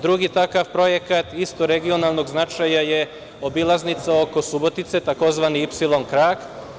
Drugi takav projekat, isto regionalnog značaja, je obilaznica oko Subotice, tzv. Ipsilon krak.